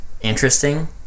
interesting